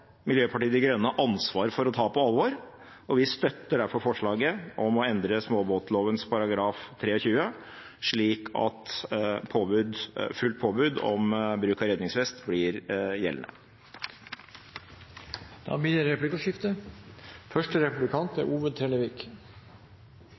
Miljøpartiet De Grønne ansvar for å ta på alvor. Vi støtter derfor forslaget om å endre småbåtloven § 23 slik at fullt påbud om bruk av redningsvest blir gjeldende. Det blir replikkordskifte. Det er